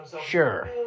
Sure